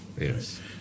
Yes